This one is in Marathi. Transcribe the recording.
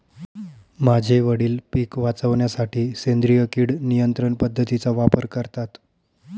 माझे वडील पिक वाचवण्यासाठी सेंद्रिय किड नियंत्रण पद्धतीचा वापर करतात